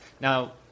Now